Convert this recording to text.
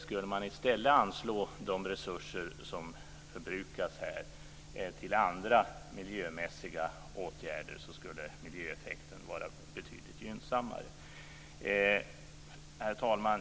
Skulle man i stället anslå de resurser som förbrukas här till andra miljömässiga åtgärder, skulle miljöeffekten bli betydligt gynnsammare. Herr talman!